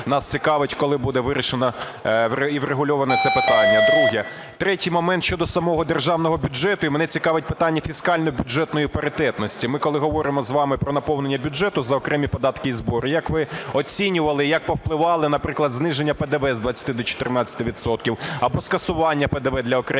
Нас цікавить, коли буде вирішена і врегульовано це питання. Друге. Третій момент щодо самого державного бюджету. І мене цікавить питання фіскально-бюджетної паритетності. Ми, коли говоримо з вами про наповнення бюджету за окремі податки і збори, як ви оцінювали, як повпливали, наприклад, зниження ПДВ з 20 до 14 відсотків? Або скасування ПДВ для окремих